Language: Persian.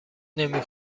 نمی